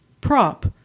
prop